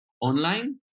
online